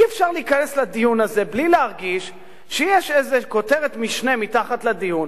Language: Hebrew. אי-אפשר להיכנס לדיון הזה בלי להרגיש שיש איזה כותרת משנה מתחת לדיון,